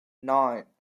nine